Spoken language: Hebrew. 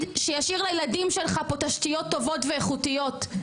שישאיר לילדים שלך פה תשתיות טובות ואיכותיות,